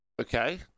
Okay